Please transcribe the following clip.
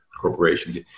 corporations